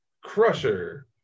Crusher